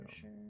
sure